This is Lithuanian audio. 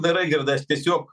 dar raigardai aš tiesiog